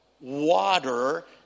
water